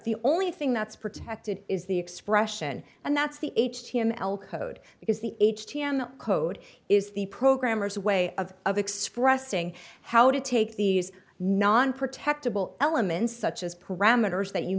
the only thing that's protected is the expression and that's the h t m l code because the h t m l code is the programmer's way of of expressing how to take these non protectable elements such as parameters that you